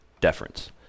deference